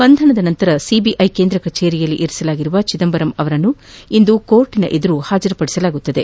ಬಂಧನದ ನಂತರ ಸಿಬಿಐ ಕೇಂದ್ರ ಕಚೇರಿಯಲ್ಲಿ ಇರಿಸಲಾಗಿರುವ ಚಿದಂಬರಂ ಅವರನ್ನು ಇಂದು ನ್ಯಾಯಾಲಯದ ಮುಂದೆ ಹಾಜರುಪಡಿಸಲಾಗುವುದು